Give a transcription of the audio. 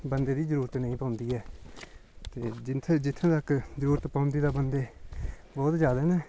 बंदे दी जरूरत नेईं पौंदी ऐ ते जित्थें जित्थें तक जरूरत पौंदी ते बंदे बोह्त ज्यादा न